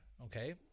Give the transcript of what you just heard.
Okay